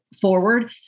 forward